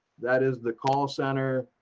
that is the call center,